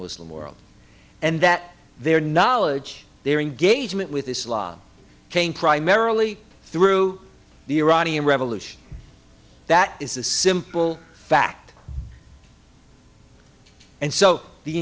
muslim world and that their knowledge their engagement with islam came primarily through the iranian revolution that is a simple fact and so the